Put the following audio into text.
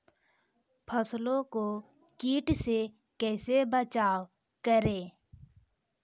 फसलों को कीट से कैसे बचाव करें?